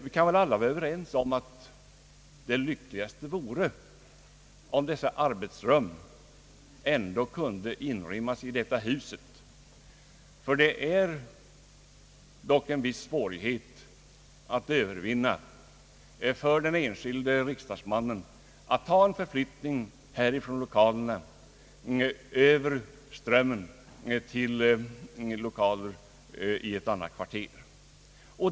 Vi kan väl alla vara överens om att det lyckligaste vore om dessa arbetsrum kunde inrymmas i riksdagshuset, ty det är dock en viss svårighet att övervinna för den enskilde riksdagsmannen att ta en förflyttning från lokalerna här över strömmen till lokaler i ett annat kvarter.